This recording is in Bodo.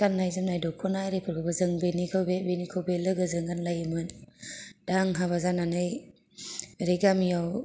गानाय जोमनाय दख'ना आरिफोरखौबो जों बिनिखौ बे बिनिखौ बे लोगोजों गानलायोमोन दा आं हाबा जानानै ओरै गामियाव